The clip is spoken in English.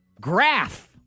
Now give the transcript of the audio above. Graph